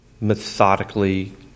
methodically